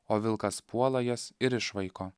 o vilkas puola jas ir išvaiko